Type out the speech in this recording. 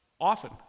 often